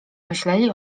myśleli